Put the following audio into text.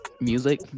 Music